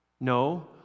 No